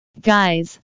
guys